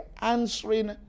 answering